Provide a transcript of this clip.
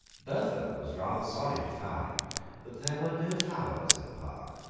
bertha was rather sorry to find that there were no flowers in the park.